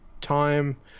time